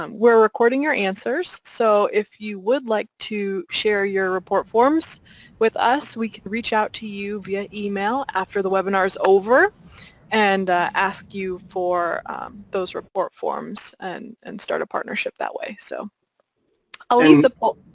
um we're recording your answers, so if you would like to share your report forms with us, we can reach out to you via email after the webinar is over and ask you for those report forms and and start a partnership that way. so i'll leave the poll.